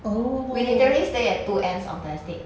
we literally stay at two ends of the estate